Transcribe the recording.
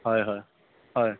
হয় হয় হয়